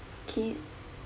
okay